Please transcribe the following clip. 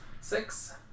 Six